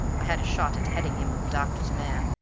i had a shot at heading him with the doctor's mare,